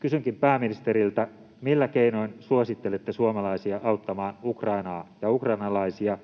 Kysynkin pääministeriltä: millä keinoin suosittelette suomalaisia auttamaan Ukrainaa ja ukrainalaisia